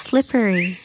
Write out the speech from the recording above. Slippery